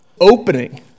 opening